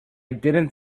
didn’t